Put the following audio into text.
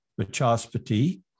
Vachaspati